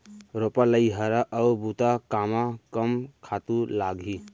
रोपा, लइहरा अऊ बुता कामा कम खातू लागही?